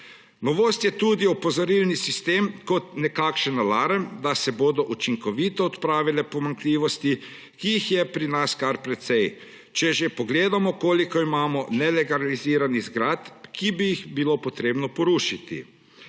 Novost je tudi opozorilni sistem kot nekakšen alarm, da se bodo učinkovito odpravile pomanjkljivosti, ki jih je pri nas kar precej. Če že pogledamo, koliko imamo nelegaliziranih zgradb, ki bi jih bilo treba porušiti.